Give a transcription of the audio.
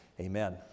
Amen